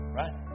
right